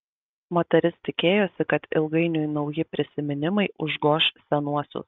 moteris tikėjosi kad ilgainiui nauji prisiminimai užgoš senuosius